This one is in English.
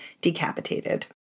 decapitated